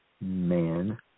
man